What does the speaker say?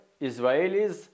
Israelis